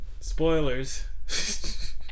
Spoilers